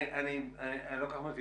אני לא כל כך מבין.